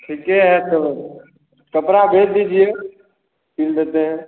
ठीक है तो कपड़ा भेज दीजिये सिल देते हैं